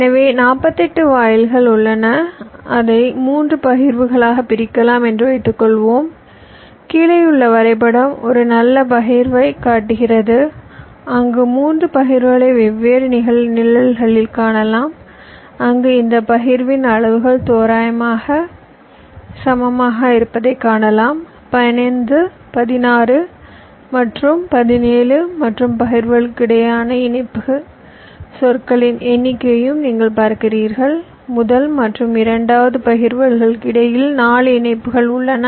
எனவே 48 வாயில்கள் உள்ளன அதை 3 பகிர்வுகளாகப் பிரிக்கலாம் என்று வைத்துக்கொள்வோம் கீழேயுள்ள வரைபடம் ஒரு நல்ல பகிர்வைக் காட்டுகிறது அங்கு 3 பகிர்வுகளை வெவ்வேறு நிழல்களில் காணலாம் அங்கு இந்த பகிர்வின் அளவுகள் தோராயமாக சமமாக இருப்பதைக் காணலாம் 15 16 மற்றும் 17 மற்றும் பகிர்வுகளுக்கிடையேயான இணைப்பு சொற்களின் எண்ணிக்கையையும் நீங்கள் பார்க்கிறீர்கள் முதல் மற்றும் இரண்டாவது பகிர்வுகளுக்கு இடையில் 4 இணைப்புகள் உள்ளன